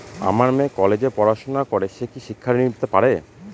আমার মেয়ে কলেজে পড়াশোনা করে সে কি শিক্ষা ঋণ পেতে পারে?